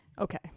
Okay